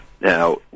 Now